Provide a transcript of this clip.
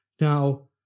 Now